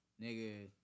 nigga